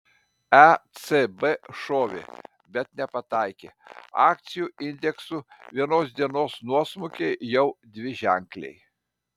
ecb šovė bet nepataikė akcijų indeksų vienos dienos nuosmukiai jau dviženkliai